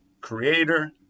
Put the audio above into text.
creator